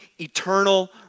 eternal